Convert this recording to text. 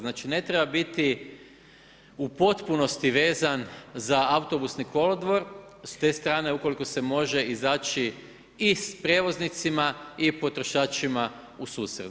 Znači, ne treba biti u potpunosti vezan za autobusni kolodvor, s te strane ukoliko se može izaći i s prijevoznicima i potrošačima u susret.